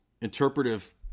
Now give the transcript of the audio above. interpretive